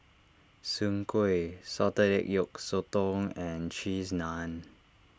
Soon Kway Salted Egg Yolk Sotong and Cheese Naan